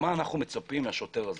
מה אנו מצפים מהשוטר הזה?